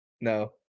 no